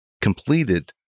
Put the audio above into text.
completed